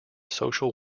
social